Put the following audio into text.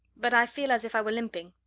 but i feel as if i were limping.